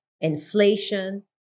inflation